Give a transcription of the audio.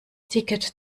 ticket